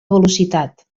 velocitat